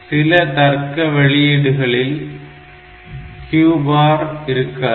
சில தர்க்க வெளியீடுகளில் Q பார் இருக்காது